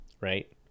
right